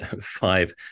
five